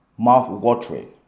mouth-watering